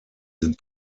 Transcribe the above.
sind